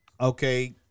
Okay